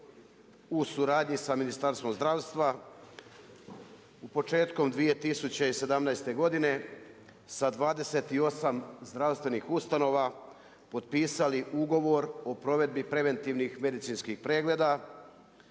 u suradnji sa Ministarstvom zdravstva, početkom 2017. godine sa 28 zdravstvenih ustanova, potpisali ugovor o provedbi preventivnih medicinskih pregleda,